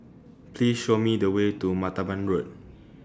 Please Show Me The Way to Martaban Road